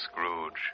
Scrooge